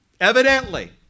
Evidently